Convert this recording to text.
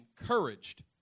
encouraged